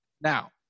Now